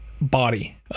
Body